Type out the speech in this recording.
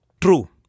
True